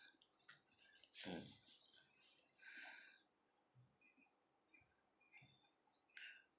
mm